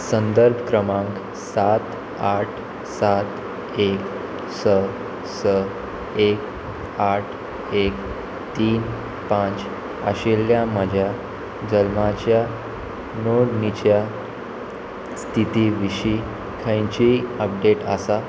संदर्भ क क्रमांक सात आठ सात एक स एक आठ एक तीन पांच आशिल्ल्या म्हज्या जल्माच्या नोंदणीच्या स्थिती विशीं खंयचीय अपडेट आसा